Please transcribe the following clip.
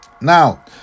Now